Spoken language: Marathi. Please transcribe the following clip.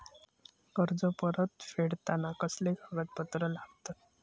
कर्ज परत फेडताना कसले कागदपत्र लागतत?